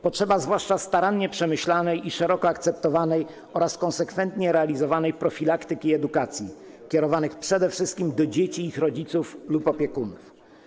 Potrzeba zwłaszcza starannie przemyślanej i szeroko akceptowanej oraz konsekwentnie realizowanej profilaktyki i edukacji, kierowanych przede wszystkim do dzieci i ich rodziców lub opiekunów.